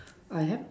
I have